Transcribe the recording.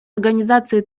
организации